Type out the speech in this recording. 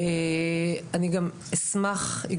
אני נאוה סתיו לוי,